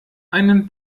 einen